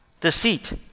Deceit